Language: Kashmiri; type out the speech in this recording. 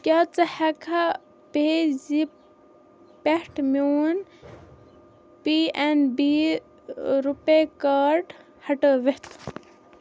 کیٛاہ ژٕ ہٮ۪کہٕ پے زیپ پٮ۪ٹھٕ میون P N B RuPay card ہٹٲوِتھ؟